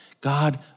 God